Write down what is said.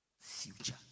Future